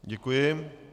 Děkuji.